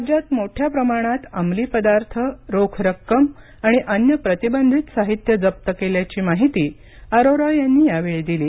राज्यात मोठ्या प्रमाणात अमली पदार्थ रोख रक्कम आणि अन्य प्रतिबंधित साहित्य जप्त केल्याची माहिती अरोरा यांनी यावेळी दिली